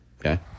okay